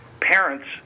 Parents